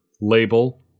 label